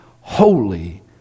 holy